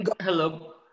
Hello